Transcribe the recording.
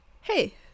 Hey